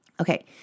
Okay